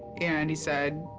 and he said